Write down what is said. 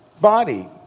body